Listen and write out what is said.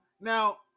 now